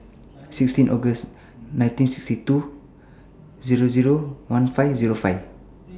sixteen August nineteen sixty two fifteen five